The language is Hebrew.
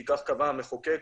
כי כך קבע המחוקק,